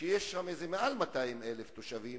יש שם מעל 200,000 תושבים,